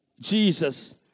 Jesus